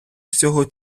всього